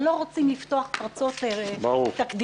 ולא רוצים לפתוח פרצות לתקדימים.